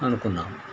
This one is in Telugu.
అనుకున్నాము